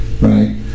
right